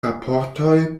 raportoj